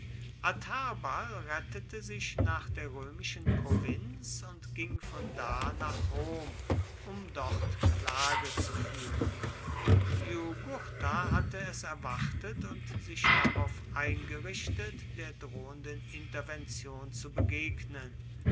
adherbal rettete sich nach der römischen provinz und ging von da nach rom um dort klage zu führen jugurtha hatte es erwartet und sich darauf eingerichtet der drohenden intervention zu begegnen